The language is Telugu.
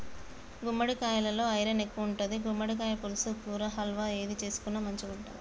గుమ్మడికాలలో ఐరన్ ఎక్కువుంటది, గుమ్మడికాయ పులుసు, కూర, హల్వా ఏది చేసుకున్న మంచిగుంటది